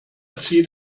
zieht